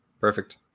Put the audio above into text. Perfect